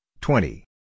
twenty